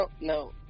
No